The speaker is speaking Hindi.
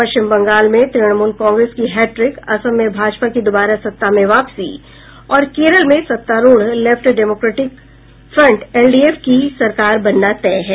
पश्चिम बंगाल में तृणमूल कांग्रेस की हैट्रिक असम में भाजपा की दोबारा सत्ता में वापसी और केरल में सत्तारूढ़ लेफ्ट डेमेक्रेटिक फ्रंट एलडीएफ की सरकार बनना तय है